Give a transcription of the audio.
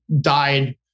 died